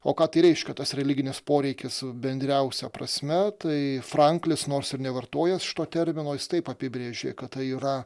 o ką tai reiškia tas religinis poreikis bendriausia prasme tai franklis nors ir nevartojęs šito termino jis taip apibrėžė kad tai yra